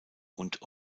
und